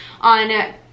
on